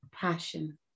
passion